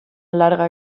larga